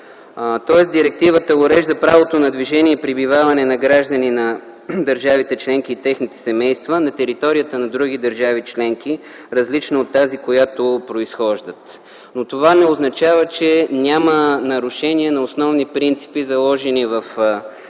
права. Директивата урежда правото на движение и пребиваване на граждани на държавите членки и техните семейства на територията на други държави членки, различни от тази, от която произхождат. Това не означава, че няма нарушение на основни принципи, заложени в